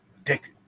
addicted